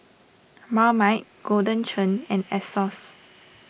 Marmite Golden Churn and Asos